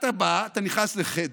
אתה בא, אתה נכנס לחדר,